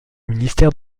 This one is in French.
ministère